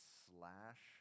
slash